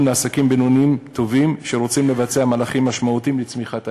לעסקים בינוניים טובים שרוצים לבצע מהלכים משמעותיים לצמיחת העסק.